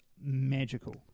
magical